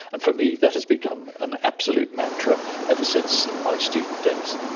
and for me that has become an absolute mantra ever since my student days.